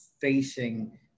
facing